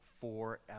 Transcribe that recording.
forever